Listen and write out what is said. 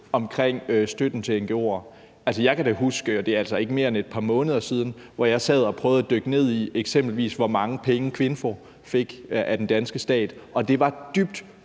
omkring støtte til ngo'er. Jeg kan huske, og det er altså ikke mere end et par måneder siden, at jeg sad og prøvede at dykke ned i, hvor mange penge eksempelvis KVINFO fik af den danske stat, og det var dybt,